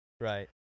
Right